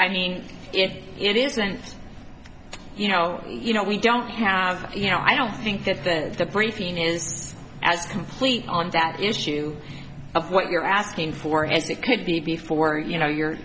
i mean if it isn't you know you know we don't have you know i don't think that the briefing is as complete on that issue of what you're asking for as it could be before you know you